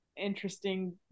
interesting